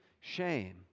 shame